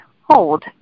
hold